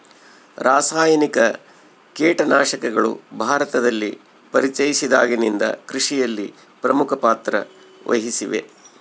ರಾಸಾಯನಿಕ ಕೇಟನಾಶಕಗಳು ಭಾರತದಲ್ಲಿ ಪರಿಚಯಿಸಿದಾಗಿನಿಂದ ಕೃಷಿಯಲ್ಲಿ ಪ್ರಮುಖ ಪಾತ್ರ ವಹಿಸಿವೆ